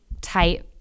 tight